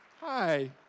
Hi